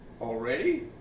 already